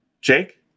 jake